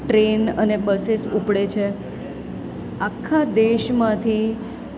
train અને buses ઉપડે છે આખા દેશમાંથી